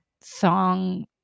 song